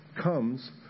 comes